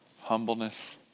Humbleness